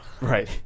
Right